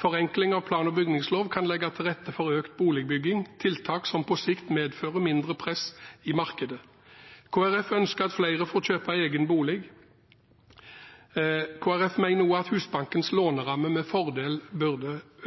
Forenkling av plan- og bygningslov kan legge til rette for økt boligbygging: tiltak som på sikt medfører mindre press i markedet. Kristelig Folkeparti ønsker at flere får kjøpe egen bolig. Kristelig Folkeparti mener også at Husbankens låneramme med fordel bør